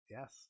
Yes